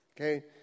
okay